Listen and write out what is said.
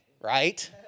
right